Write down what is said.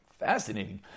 Fascinating